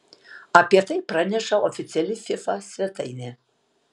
apie tai praneša oficiali fifa svetainė